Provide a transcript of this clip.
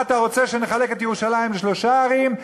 מה אתה רוצה, שנחלק את ירושלים לשלוש ערים?